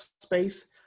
space